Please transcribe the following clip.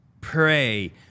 pray